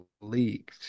leaked